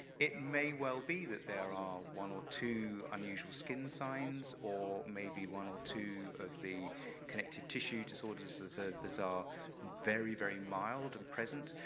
it may well be that there are one or two unusual skin signs, or maybe one or two of the connective tissue disorders that are ah that are very, very mild and present,